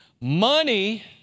Money